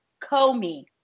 Comey